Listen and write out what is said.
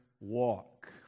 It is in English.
walk